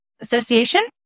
association